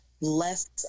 less